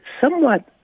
somewhat